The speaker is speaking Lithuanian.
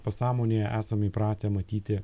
pasąmonėje esam įpratę matyti